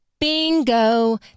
bingo